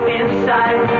inside